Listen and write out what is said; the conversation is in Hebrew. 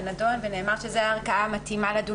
זה נדון ונאמר שזו הערכאה המתאימה לדון